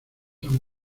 han